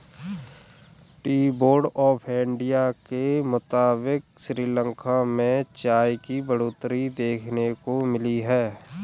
T board of India के मुताबिक़ श्रीलंका में चाय की बढ़ोतरी देखने को मिली है